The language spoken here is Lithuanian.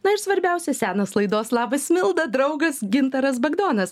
na ir svarbiausia senas laidos labas milda draugas gintaras bagdonas